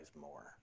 more